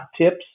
tips